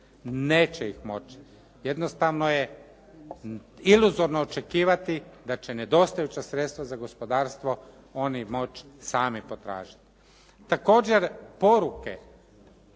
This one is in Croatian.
Neće ih moći. Jednostavno je iluzorno očekivati da će nedostajuća sredstva za gospodarstvo oni moći sami potražiti. Također, poruke